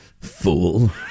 fool